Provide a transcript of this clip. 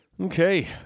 Okay